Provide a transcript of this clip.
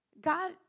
God